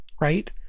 right